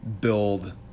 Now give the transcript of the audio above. build